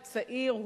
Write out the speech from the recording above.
הוא צעיר,